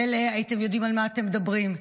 מילא הייתם יודעים על מה אתם מדברים.